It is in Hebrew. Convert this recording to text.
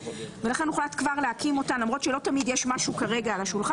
ולכן הוחלט להקים אותן למרות שלא תמיד יש משהו על השולחן.